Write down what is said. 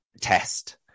test